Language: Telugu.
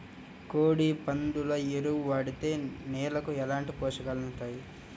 కోడి, పందుల ఎరువు వాడితే నేలకు ఎలాంటి పోషకాలు అందుతాయి